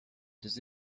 does